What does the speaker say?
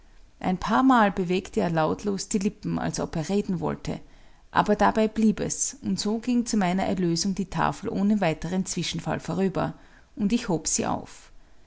ein paarmal bewegte er lautlos die lippen als ob er reden wollte aber dabei blieb es und so ging zu meiner erlösung die tafel ohne weiteren zwischenfall vorüber und ich hob sie auf